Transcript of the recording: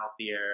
healthier